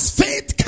faith